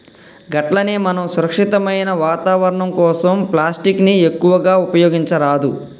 గట్లనే మనం సురక్షితమైన వాతావరణం కోసం ప్లాస్టిక్ ని ఎక్కువగా ఉపయోగించరాదు